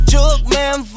Jugman